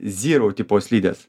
zirau tipo slidės